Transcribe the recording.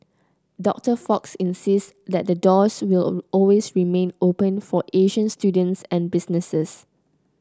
Doctor Fox insists that the doors will always remain open for Asian students and businesses